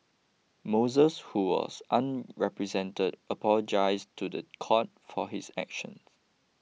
Moses who was unrepresented apologised to the court for his actions